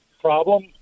problem